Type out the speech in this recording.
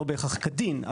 לא בהכרח כדין.